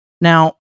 now